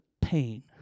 pain